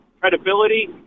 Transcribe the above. credibility